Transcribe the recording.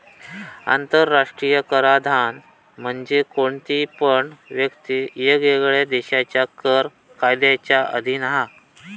आंतराष्ट्रीय कराधान म्हणजे कोणती पण व्यक्ती वेगवेगळ्या देशांच्या कर कायद्यांच्या अधीन हा